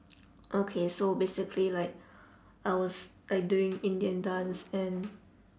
okay so basically like I was like doing indian dance and